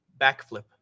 Backflip